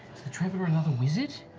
the traveler another wizard?